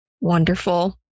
Wonderful